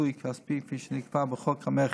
פיצוי כספי כפי שנקבע בחוק המכר.